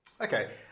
Okay